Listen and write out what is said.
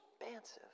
expansive